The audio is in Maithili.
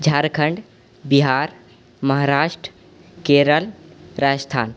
झारखण्ड बिहार महाराष्ट्र केरल राजस्थान